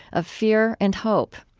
of fear and hope.